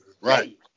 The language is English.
Right